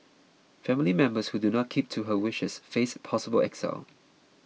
family members who do not keep to her wishes face possible exile